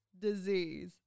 disease